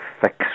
fix